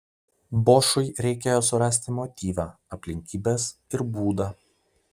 bošui reikėjo surasti motyvą aplinkybes ir būdą